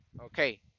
Okay